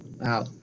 wow